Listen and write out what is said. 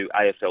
AFL